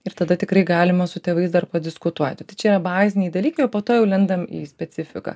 ir tada tikrai galima su tėvais dar padiskutuoti tai čia baziniai dalykai o po to jau lendam į specifiką